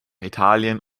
italien